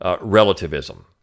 relativism